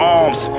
arms